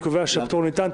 אני קובע שהפטור ניתן.